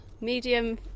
medium